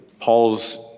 Paul's